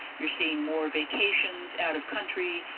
you're seeing more vacations out of country,